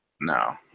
no